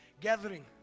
gathering